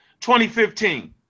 2015